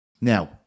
Now